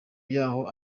yahoo